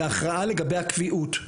זה הכרעה לגבי הקביעות.